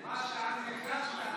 מה שאז הרגשת אנחנו